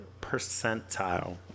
percentile